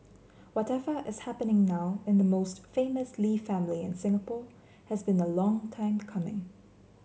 whatever is happening now in the most famous Lee family in Singapore has been a long time coming